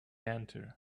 enter